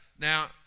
Now